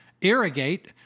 irrigate